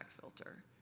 filter